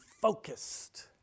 focused